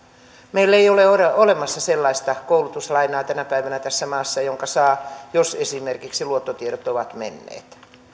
meillä ei ole olemassa sellaista koulutuslainaa tänä päivänä tässä maassa jonka saa jos esimerkiksi luottotiedot ovat menneet